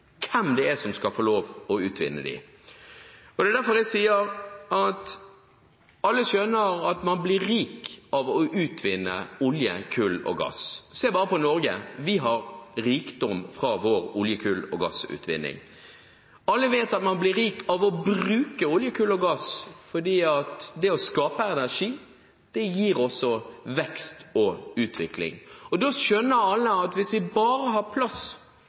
hvem det er som skal få lov til å utvinne dem. Det er derfor jeg sier at alle skjønner at man blir rik av å utvinne olje, kull og gass. Se bare på Norge. Vi har rikdom fra vår olje-, kull- og gassutvinning. Alle vet at man blir rik av å bruke olje, kull og gass, fordi at det å skape energi også gir vekst og utvikling. Da skjønner alle at hvis vi bare har plass